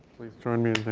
please join me